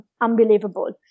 unbelievable